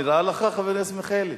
נראה לך, חבר הכנסת מיכאלי?